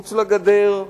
מחוץ לגדר,